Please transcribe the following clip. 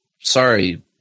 Sorry